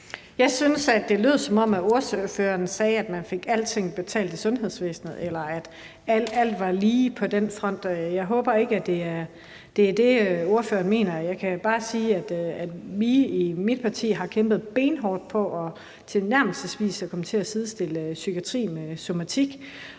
Jeg synes, at det lød, som om ordføreren sagde, at man fik alting betalt i sundhedsvæsenet, eller at alt var lige på den front, og jeg håber ikke, at det er det, ordføreren mener. Jeg kan jo bare sige, at vi i mit parti har kæmpet benhårdt for tilnærmelsesvis at komme til at sidestille psykiatrien med somatikken,